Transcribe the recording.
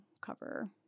cover